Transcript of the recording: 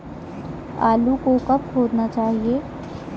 आलू को कब खोदना चाहिए?